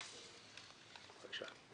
בבקשה.